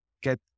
get